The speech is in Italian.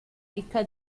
ricca